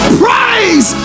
praise